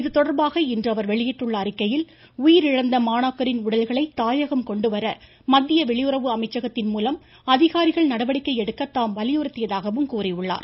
இதுதொடர்பாக இன்று அவர் வெளியிட்டுள்ள அறிக்கையில் உயிரிழந்த மாணாக்கரின் உடல்களை தாயகம் கொண்டு வர மத்திய வெளியுறவு அமைச்சகத்தின் மூலம் அதிகாரிகள் நடவடிக்கை எடுக்க தாம் வலியுறுத்தியதாகவும் கூறியுள்ளார்